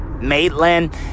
Maitland